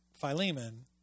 Philemon